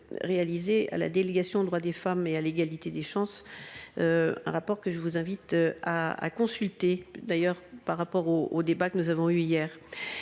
Réalisé à la délégation aux droits des femmes et à l'égalité des chances. Un rapport que je vous invite à consulter d'ailleurs par rapport au, au débat que nous avons eu hier